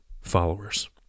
followers